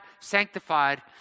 sanctified